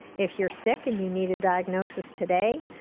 if you're sick and you need a diagnosis today,